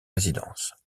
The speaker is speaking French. résidence